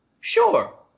sure